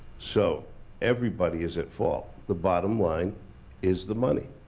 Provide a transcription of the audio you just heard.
so everybody is at fault. the bottom line is the money.